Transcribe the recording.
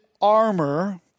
armor